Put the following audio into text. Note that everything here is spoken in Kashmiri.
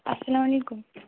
اَسَلام علیکُم